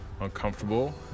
uncomfortable